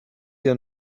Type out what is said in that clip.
your